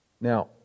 Now